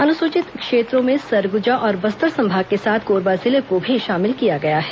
अनुसूचित क्षेत्रों में सरगुजा और बस्तर संभाग के साथ कोरबा जिले को भी शामिल किया गया है